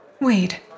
Wait